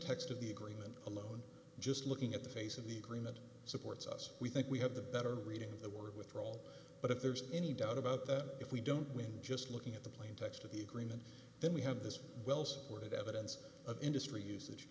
text of the agreement alone just looking at the face of the agreement supports us we think we have the better reading of the word with raul but if there's any doubt about that if we don't win just looking at the plain text of the agreement then we have this well supported evidence of industry usage